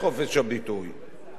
להיפך, אני מכיר אותך,